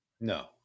No